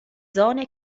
zone